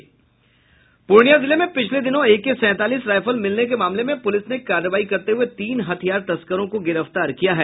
पूर्णिया जिले में पिछले दिनों एके सैंतालीस रायफल मिलने के मामले में पुलिस ने कार्रवाई करते हुए तीन हथियार तस्करों को गिरफ्तार किया है